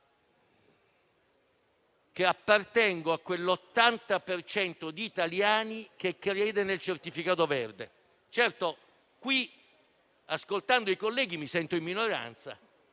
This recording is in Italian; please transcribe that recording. Io appartengo all'80 per cento di italiani che crede nel certificato verde. Certo, ascoltando i colleghi mi sento in minoranza.